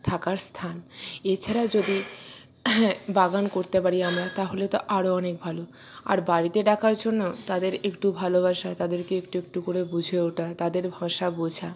থাকার স্থান এছাড়া যদি বাগান করতে পারি আমরা তাহলে তো আরো অনেক ভালো আর বাড়িতে ডাকার জন্য তাদের একটু ভালোবাসা তাদেরকে একটু একটু করে বুঝে ওটা তাদের ভাষা বোঝা